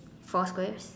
four square